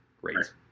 Great